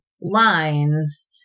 lines